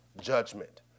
judgment